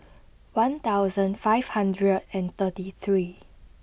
one thousand five hundred and thirty three